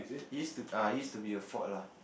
it used to ah it used to be a fort lah